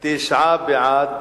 אז תשעה בעד.